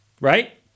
right